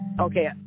Okay